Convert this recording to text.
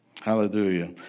Hallelujah